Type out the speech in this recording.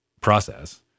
process